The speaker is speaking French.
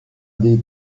des